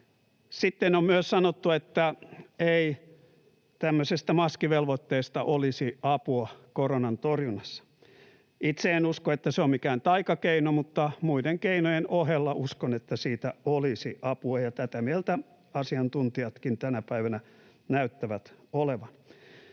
Sitten on myös sanottu, että ei tämmöisestä maskivelvoitteesta olisi apua koronan torjunnassa. Itse en usko, että se on mikään taikakeino, mutta uskon, että muiden keinojen ohella siitä olisi apua, ja tätä mieltä asiantuntijatkin tänä päivänä näyttävät olevan.